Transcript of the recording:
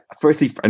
firstly